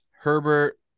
Herbert